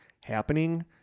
happening